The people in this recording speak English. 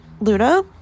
Luna